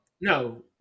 No